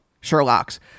Sherlock's